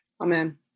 amen